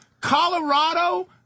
Colorado